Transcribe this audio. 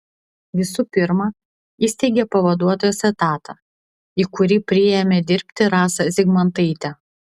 visų pirma įsteigė pavaduotojos etatą į kurį priėmė dirbti rasą zygmantaitę